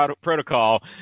protocol